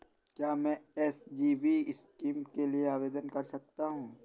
क्या मैं SGB scheme के लिए आवेदन कर सकता हूँ?